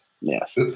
Yes